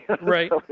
Right